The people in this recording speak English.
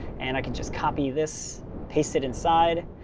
and i can just copy this, paste it inside,